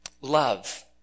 love